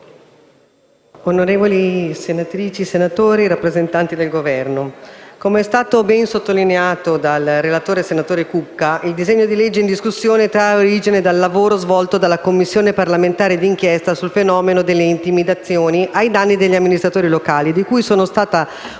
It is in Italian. onorevoli senatrici, onorevoli senatori, rappresentanti del Governo, come è stato ben sottolineato dal relatore, senatore Cucca, il disegno di legge trae origine dal lavoro svolto dalla Commissione parlamentare di inchiesta sul fenomeno delle intimidazioni ai danni degli amministratori locali, di cui sono stata onorata